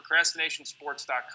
procrastinationsports.com